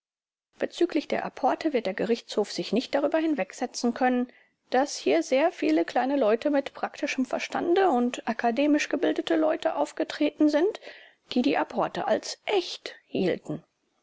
bezüglich der apporte wird der gerichtshof sich nicht darüber hinwegsetzen können daß hier sehr viele kleine leute mit praktischem verstande und akademisch gebildete leute aufgetreten sind die die apporte als echt hielten